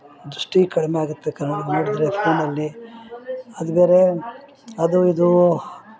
ದೃಷ್ಟಿ ಕಡಿಮೆ ಆಗುತ್ತೆ ಕಣ್ಣಲ್ಲಿ ನೋಡಿದ್ರೆ ಫೋನಲ್ಲಿ ಅಲ್ಲಿ ಅದು ಬೇರೆ ಅದು ಇದು